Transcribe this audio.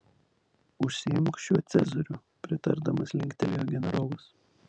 užsiimk šiuo cezariu pritardamas linktelėjo generolas